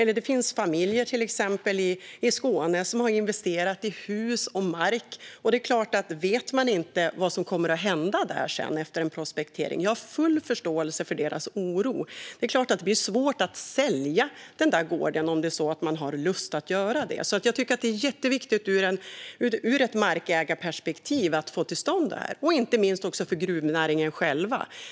Det finns familjer till exempel i Skåne som har investerat i hus och mark, och jag har full förståelse för deras oro när man inte vet vad som kommer att hända efter en prospektering. Det är klart att det blir svårt att sälja den där gården om man har lust att göra det. Därför tycker jag att det ur ett markägarperspektiv är jätteviktigt att få detta till stånd, inte minst för gruvnäringen själv.